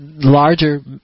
Larger